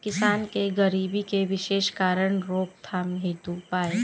किसान के गरीबी के विशेष कारण रोकथाम हेतु उपाय?